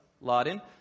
Laden